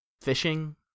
fishing